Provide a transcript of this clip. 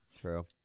True